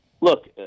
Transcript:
look